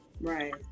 Right